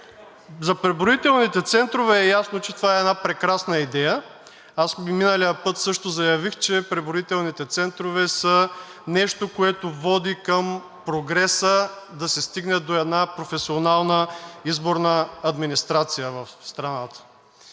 За преброителните центрове е ясно, че това е една прекрасна идея. Аз миналия път също заявих, че преброителните центрове са нещо, което води към прогреса, да се стигне до една професионална изборна администрация в страната.